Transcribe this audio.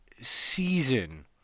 season